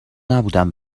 نبودم